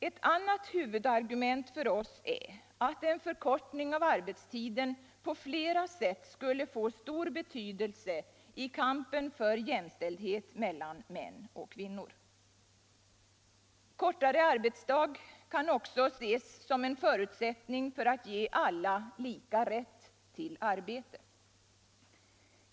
Ett annat huvudargument för oss är att en förkortning av arbetstiden på flera sätt skulle få stor betydelse i kampen för jämställdhet mellan män och kvinnor. Kortare arbetsdag kan också ses som en förutsättning för att ge alla lika rätt till arbete.